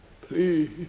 Please